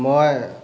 মই